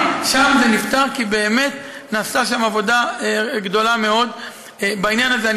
שם זה נפתר כי באמת נעשתה שם עבודה גדולה מאוד בעניין הזה.